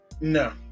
No